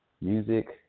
music